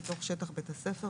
בתוך שטח בית הספר,